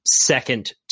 second